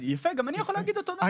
יפה, גם אני יכול להגיד אותו דבר.